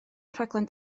rhaglen